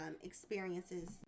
experiences